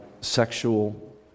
sexual